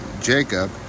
Jacob